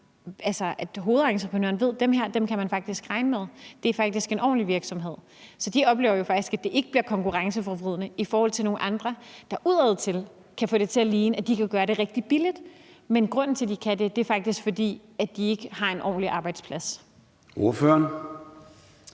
sådan at hovedentreprenøren ved, at dem her kan man faktisk regne med, og at de er ordentlige virksomheder. Så de oplever jo faktisk, at det ikke bliver konkurrenceforvridende, i forhold til at der er nogle andre, som udadtil kan få det til at ligne, at de kan gøre det rigtig billigt, men hvor grunden til, at de kan det, faktisk er, at de ikke har en ordentlig arbejdsplads. Kl.